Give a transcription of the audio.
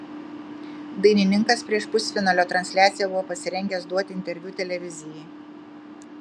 dainininkas prieš pusfinalio transliaciją buvo pasirengęs duoti interviu televizijai